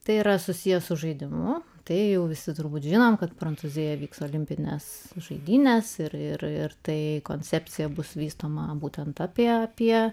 tai yra susiję su žaidimu tai jau visi turbūt žinome kad prancūzijoje vyks olimpinės žaidynės ir tai koncepcija bus vystoma būtent apie apie